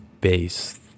base